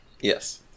Yes